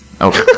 okay